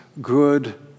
good